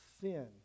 sin